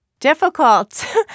Difficult